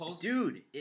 Dude